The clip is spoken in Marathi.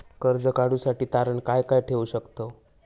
कर्ज काढूसाठी तारण काय काय ठेवू शकतव?